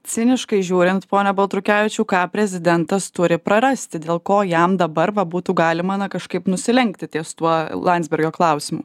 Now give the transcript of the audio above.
ciniškai žiūrint pone baltrukevičiau ką prezidentas turi prarasti dėl ko jam dabar va būtų galima na kažkaip nusilenkti ties tuo landsbergio klausimu